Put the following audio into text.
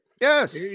Yes